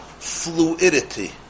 fluidity